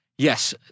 Yes